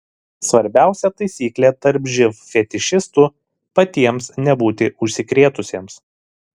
svarbiausia taisyklė tarp živ fetišistų patiems nebūti užsikrėtusiems